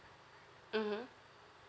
mmhmm